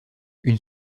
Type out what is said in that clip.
une